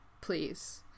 please